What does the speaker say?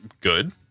Good